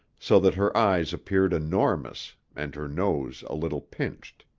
so that her eyes appeared enormous and her nose a little pinched.